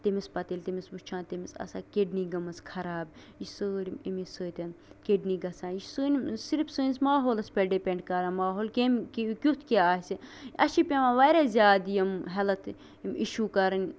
تٔمِس پَتہٕ ییٚلہِ تٔمِس وُچھان تٔمِس آسان کِڈنی گٲمٕژ خراب یہِ چھُ سٲرٕے اَمے سۭتۍ کِڈنی گژھان یہِ چھِ سٲرٕے صِرِف سٲنِس ماحولَس پیٚٹھ ڈِپینٛڈ کران ماحول کمہِ کیُتھ کیٛاہ آسہِ اَسہِ چھِ پیٚوان واریاہ زیادٕ یِم ہیٚلتھ اِشوٗ کَرٕنۍ